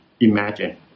imagine